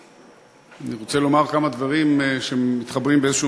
אני רוצה לומר כמה דברים שמתחברים באיזשהו